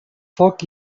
foc